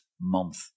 month